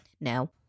no